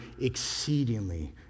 exceedingly